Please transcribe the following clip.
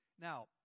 Now